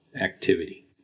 activity